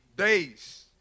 days